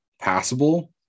passable